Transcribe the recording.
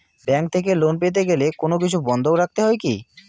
Bank থেকে loan পেতে গেলে কোনো কিছু বন্ধক রাখতে হয় কি?